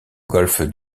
golfe